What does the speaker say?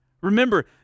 Remember